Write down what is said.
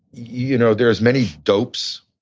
you know, there's many dopes.